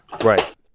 Right